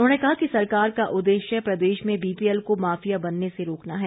उन्होंने कहा कि सरकार का उद्देश्य प्रदेश में बीपीएल को माफिया बनने से रोकना है